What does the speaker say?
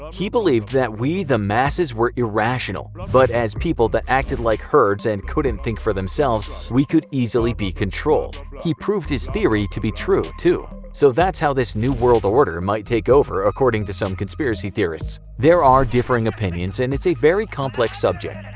he believed that we, the masses, were irrational, but as people that acted like herds and couldn't think for themselves, we could easily be controlled. he proved his theory to be true, too. so that's how this new world order might take over, according to some conspiracy theorists. there are differing opinions and it's a very complex subject. and